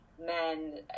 men